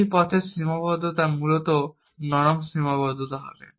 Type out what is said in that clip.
এই পথের সীমাবদ্ধতা মূলত নরম সীমাবদ্ধতা হবে